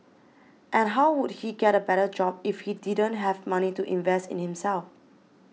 and how would he get a better job if he didn't have money to invest in himself